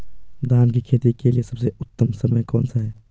धान की खेती के लिए सबसे उत्तम समय कौनसा है?